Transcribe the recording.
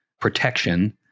protection